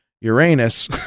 Uranus